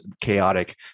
chaotic